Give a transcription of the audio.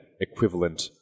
equivalent